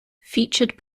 featured